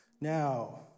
Now